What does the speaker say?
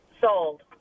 sold